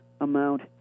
amount